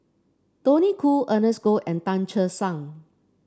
Tony Khoo Ernest Goh and Tan Che Sang